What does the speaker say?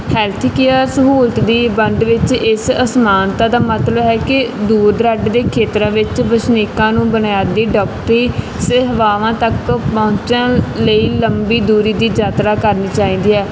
health care ਸਹੂਲਤ ਦੀ ਵੰਡ ਵਿੱਚ ਇਸ ਅਸਮਾਨਤਾ ਦਾ ਮਤਲਬ ਹੈ ਕਿ ਦੂਰ ਦੁਰਾਡੇ ਦੇ ਖੇਤਰਾਂ ਵਿੱਚ ਵਸਨੀਕਾਂ ਨੂੰ ਬੁਨਿਆਦੀ ਡਾਕਟਰੀ ਸੇਵਾਵਾਂ ਤੱਕ ਪਹੁੰਚਣ ਲਈ ਲੰਬੀ ਦੂਰੀ ਦੀ ਯਾਤਰਾ ਕਰਨੀ ਚਾਹੀਦੀ ਹੈ